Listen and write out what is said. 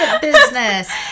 business